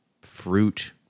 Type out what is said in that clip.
fruit